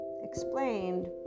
explained